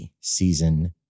Season